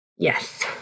yes